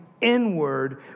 inward